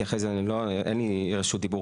כי אחרי זה אין לי רשות דיבור